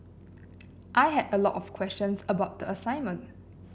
I had a lot of questions about the assignment